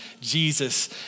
Jesus